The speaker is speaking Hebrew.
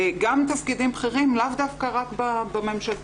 גם תפקידים בכירים, לאו דווקא רק בממשלתי.